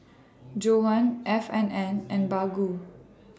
Johan F and N and Baggu